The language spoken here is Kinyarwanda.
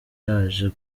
yaje